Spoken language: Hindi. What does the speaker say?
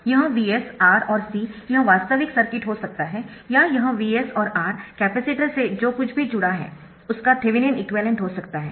यह Vs R और C यह वास्तविक सर्किट हो सकता है या यह Vs और R कपैसिटर से जो कुछ भी जुड़ा है उसका थेवेनिन इक्विवैलेन्ट हो सकता है